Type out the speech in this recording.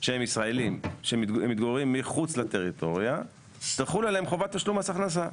שהם ישראלים מתגוררים מחוץ לטריטוריה תחול עליהם פקודת מס הכנסה.